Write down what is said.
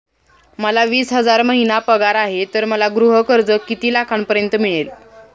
मला वीस हजार महिना पगार आहे तर मला गृह कर्ज किती लाखांपर्यंत मिळेल?